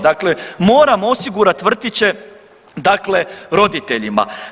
Dakle moramo osigurati vrtiće dakle roditeljima.